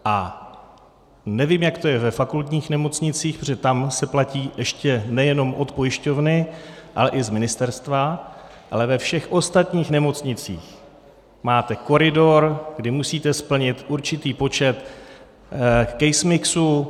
A nevím, jak to je ve fakultních nemocnicích, protože tam se platí nejenom od pojišťovny, ale i z ministerstva, ale ve všech ostatních nemocnicích máte koridor, kdy musíte splnit určitý počet case mixů.